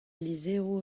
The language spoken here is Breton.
lizheroù